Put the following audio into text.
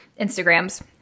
instagrams